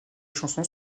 chansons